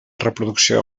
reproducció